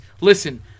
Listen